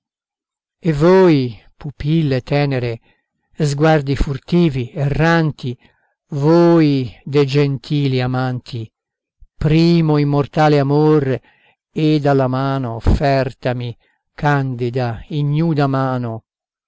e voi pupille tenere sguardi furtivi erranti voi de gentili amanti primo immortale amor ed alla mano offertami candida ignuda mano